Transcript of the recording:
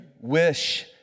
wish